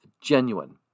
genuine